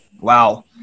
Wow